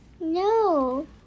No